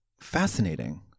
fascinating